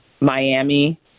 Miami